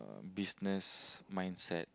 business mindset